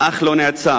אך לא נעצר?